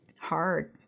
hard